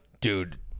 dude